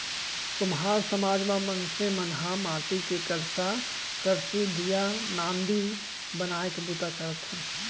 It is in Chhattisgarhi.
कुम्हार समाज म मनसे मन ह माटी के करसा, करसी, दीया, नांदी बनाए के बूता करथे